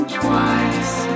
twice